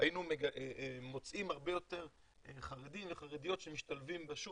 היינו מוצאים הרבה יותר חרדים וחרדיות שמשתלבים בשוק,